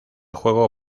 juego